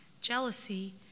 jealousy